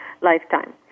lifetime